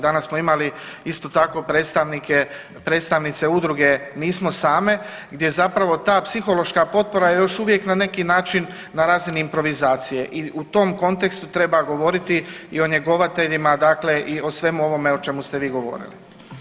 Danas smo imali isto tako predstavnike, predstavnice udruge „Nismo same“ gdje je zapravo ta psihološka potpora još uvijek na neki način na razini improvizacije i u tom kontekstu treba govoriti i o njegovateljima, dakle i o svemu ovome o čemu ste vi govorili.